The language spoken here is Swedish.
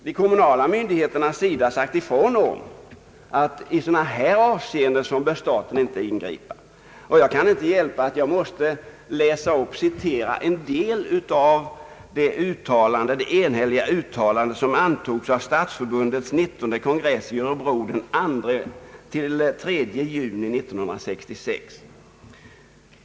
De kommunala myndigheterna har sagt ifrån att staten inte bör ingripa i sådana avseenden. Jag vill i detta sammanhang citera en del av det enhälliga uttalande som antogs av stadsförbundets nittonde kon gress i Örebro den 2—3 juni 1966.